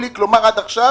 מיולי, כלומר עד עכשיו